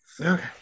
Okay